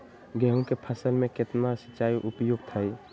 गेंहू के फसल में केतना सिंचाई उपयुक्त हाइ?